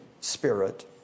Spirit